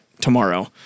tomorrow